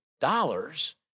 dollars